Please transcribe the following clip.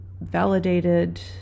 validated